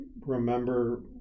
remember